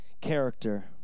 character